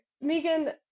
Megan